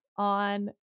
On